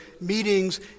meetings